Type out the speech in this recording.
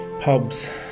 pubs